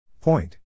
Point